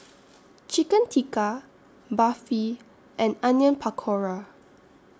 Chicken Tikka Barfi and Onion Pakora